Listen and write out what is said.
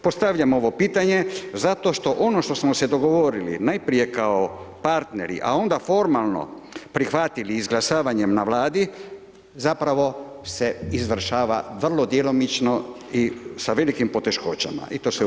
Postavljam ovo pitanje zašto što ono što smo se dogovorili, najprije kao partneri, a ona formalno prihvatili izglasavanjem na Vladi zapravo se izvršava vrlo djelomično i sa velikim poteškoćama i to sve u